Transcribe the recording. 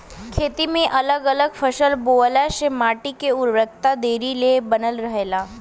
खेती में अगल अलग फसल बोअला से माटी के उर्वरकता देरी ले बनल रहेला